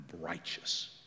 righteous